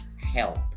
help